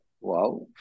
wow